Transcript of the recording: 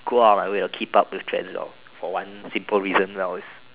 go out I will keep up trend and all for one simple reason wells